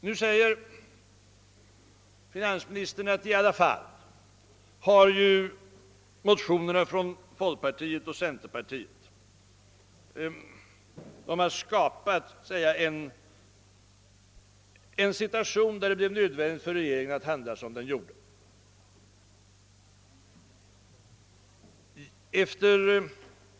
Nu säger finansministern, att motionerna från folkpartiet och centerpartiet i alla fall har skapat en situation där det blev nödvändigt för regeringen att handla som den gjorde.